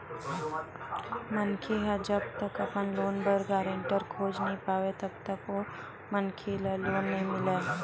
मनखे ह जब तक अपन लोन बर गारेंटर खोज नइ पावय तब तक ओ मनखे ल लोन नइ मिलय